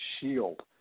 shield